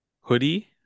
hoodie